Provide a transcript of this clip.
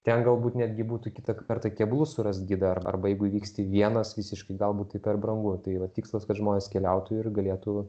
ten galbūt netgi būtų kitą kartą keblu surasti gidą arba jeigu vyksti vienas visiškai gal būtų per brangu tai vat tikslas kad žmonės keliautojų ir galėtų